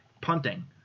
punting